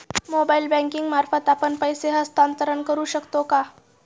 Mobile banking मार्फत आपण पैसे हस्तांतरण करू शकतो का?